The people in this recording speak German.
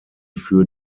für